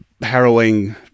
Harrowing